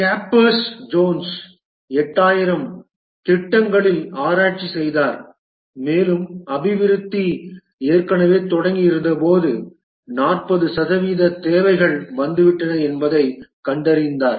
capers Jones 8000 திட்டங்களில் ஆராய்ச்சி செய்தார் மேலும் அபிவிருத்தி ஏற்கனவே தொடங்கியிருந்தபோது 40 சதவீத தேவைகள் வந்துவிட்டன என்பதைக் கண்டறிந்தார்